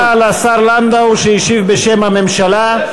תודה לשר לנדאו שהשיב בשם הממשלה.